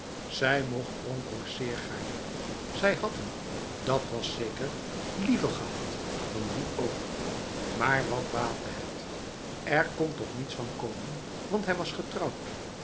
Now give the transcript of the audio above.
zij mocht bronkhorst zeer gaarne zij had hem dat was zeker liever gehad dan wie ook maar wat baatte het er kon toch niets van komen want hij was getrouwd